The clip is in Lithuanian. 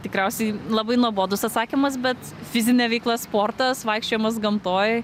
tikriausiai labai nuobodus atsakymas bet fizinė veikla sportas vaikščiojimas gamtoj